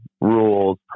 rules